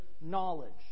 knowledge